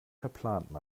verplanten